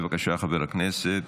בבקשה, חבר הכנסת.